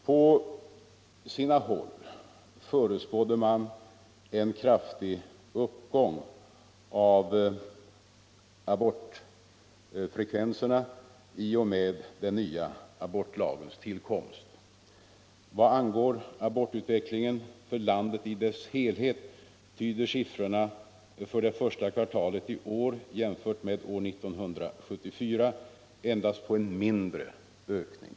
På sina håll förutspådde man en kraftig uppgång av abortfrekvensen i och med den nya abortlagens tillkomst. Vad angår abortutvecklingen för landet i dess helhet tyder siffrorna för det första kvartalet i år jämfört med år 1974 endast på en mindre ökning.